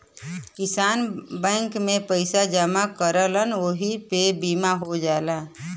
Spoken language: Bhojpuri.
किसानन बैंक में पइसा जमा करलन वही पे बीमा हो जाला